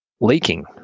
leaking